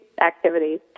activities